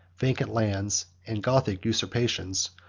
vacant lands, and gothic usurpations,